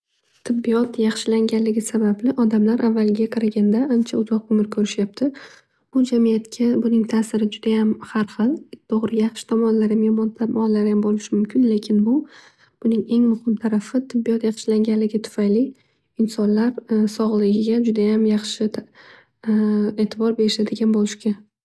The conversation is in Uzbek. Tibbiyot yaxshilanganligi sababli odamlar avvalgiga qaraganda ancha uzoq umr ko'rishyabdi. Bu jamiyatga buning tasiri xar xil. To'g'ri yaxshi tomonlariyam yomon tomonlariyam bo'lishi mumkin lekin bu buning eng yaxshi tomoni tibbiyot yaxshilanganligi sababli insonlar sog'ligiga judayam yaxshi e'tibor beradigan bo'lishgan.